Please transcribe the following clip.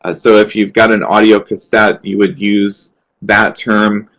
and so if you've got an audiocassette, you would use that term.